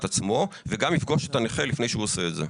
עצמו וגם יפגוש את הנכה לפני שהוא עושה את זה.